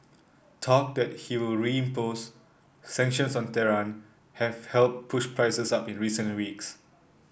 talk that he will reimpose sanctions on Tehran have helped push prices up in recent weeks